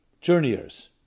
Journeyers